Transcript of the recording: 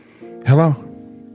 Hello